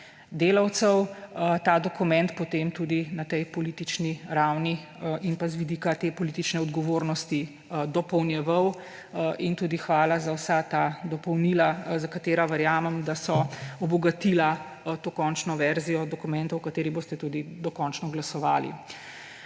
delavcev, ta dokument potem tudi na tej politični ravni in z vidika te politične odgovornosti dopolnjeval. Tudi hvala za vsa ta dopolnila, za katera verjamem, da so obogatila to končno verzijo dokumenta, o kateri boste tudi dokončno glasovali.